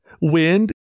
wind